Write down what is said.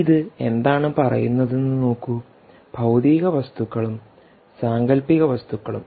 ഇത് എന്താണ് പറയുന്നതെന്ന് നോക്കൂ ഭൌതിക വസ്തുക്കളും സാങ്കല്പിക വസ്തുക്കളും